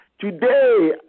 Today